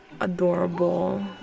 adorable